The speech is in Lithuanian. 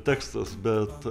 tekstas bet